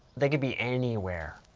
they could be anywhere.